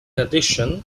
addition